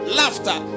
laughter